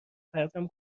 پرتم